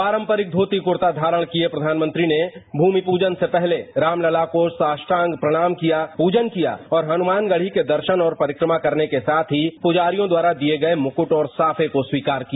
पारंपरिक धोती कुर्ता धारण किये प्रधानमंत्री ने भूमि प्रजन से पहले रामलला को साष्टांग प्रणाम किया पूजन किया और हनुमानगढ़ी के दर्शन और परिक्रमा करने के साथ ही पुजारियों द्वारा दिये गये मुकुट और साफे को स्वीकार किया